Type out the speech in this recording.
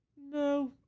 No